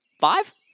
five